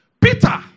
Peter